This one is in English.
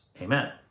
amen